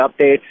updates